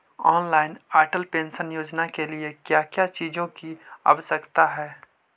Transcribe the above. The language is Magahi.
ऑनलाइन अटल पेंशन योजना के लिए क्या क्या चीजों की आवश्यकता है?